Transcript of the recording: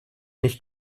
nicht